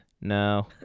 No